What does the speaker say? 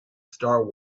star